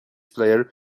player